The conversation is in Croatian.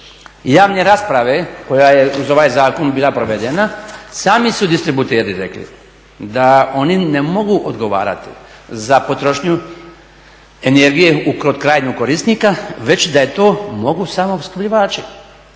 javne rasprave koja je uz ovaj zakon bila provedena sami su distributeri rekli da oni ne mogu odgovarati za potrošnju energije kod krajnjeg korisnika već da to mogu samo opskrbljivači